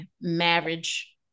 marriage